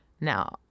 Now